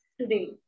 today